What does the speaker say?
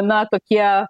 na tokie